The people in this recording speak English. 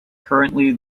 currently